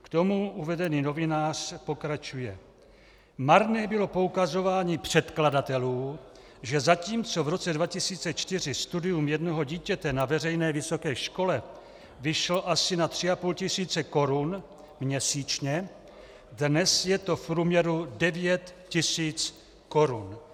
K tomu uvedený novinář pokračuje: Marné bylo poukazování předkladatelů, že zatímco v roce 2004 studium jednoho dítěte na veřejné vysoké škole vyšlo asi na 3,5 tis. korun měsíčně, dnes je to v průměru 9 tis. korun.